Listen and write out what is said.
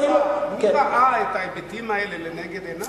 אבל מי ראה את ההיבטים האלה לנגד עיניו?